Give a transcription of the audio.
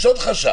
יש פה עוד חשש.